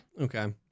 Okay